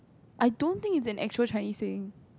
I don't think it is an actual Chinese saying